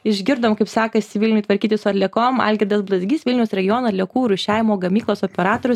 išgirdom kaip sekasi vilniui tvarkytis su atliekom algirdas blazgys vilniaus regiono atliekų rūšiavimo gamyklos operatorius